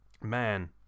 man